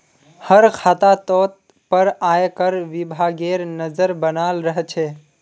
हर खातातोत पर आयकर विभागेर नज़र बनाल रह छे